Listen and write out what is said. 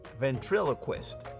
Ventriloquist